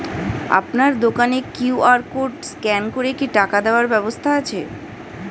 আপনার দোকানে QR code scan করে কি টাকা দেওয়ার ব্যবস্থা আছে?